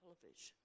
television